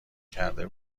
کرده